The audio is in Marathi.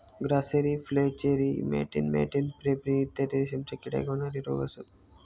ग्रासेरी फ्लेचेरी मॅटिन मॅटिन पेब्रिन इत्यादी रेशीमच्या किड्याक होणारे रोग असत